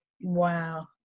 Wow